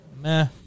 meh